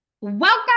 Welcome